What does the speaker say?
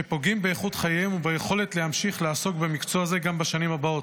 שפוגעים באיכות חייהם וביכולת להמשיך לעסוק במקצוע זה גם בשנים הבאות.